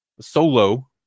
solo